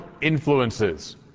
influences